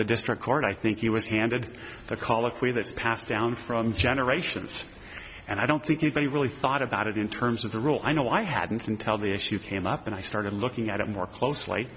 the district and i think he was handed the colloquy that's passed down from generations and i don't think anybody really thought about it in terms of the rule i know i hadn't can tell the issue came up and i started looking at it more closely